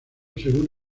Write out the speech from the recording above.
según